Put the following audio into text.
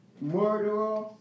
murder